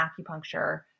acupuncture